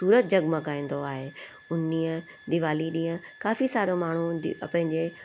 पूरो सूरत जगमगाईंदो आहे उन ॾींहुं दीवालीअ ॾींहुं काफ़ी सारो माण्हू दि पंहिंजे